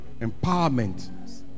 empowerment